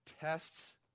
Tests